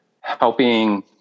helping